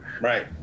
right